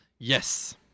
Yes